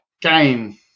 game